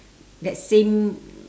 that same